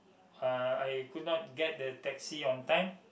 uh I could not get the taxi on time